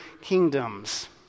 kingdoms